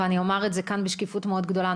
ואני אומר את זה בשקיפות מאוד גדולה: